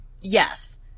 Yes